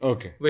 Okay